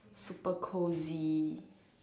super cozy